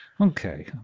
Okay